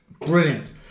brilliant